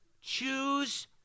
Choose